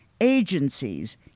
Agencies